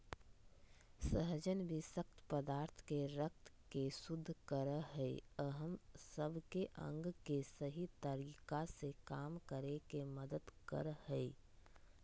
सहजन विशक्त पदार्थ के रक्त के शुद्ध कर हइ अ हम सब के अंग के सही तरीका से काम करे में मदद कर हइ